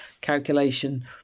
calculation